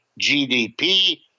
GDP